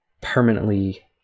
permanently